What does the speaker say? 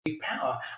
power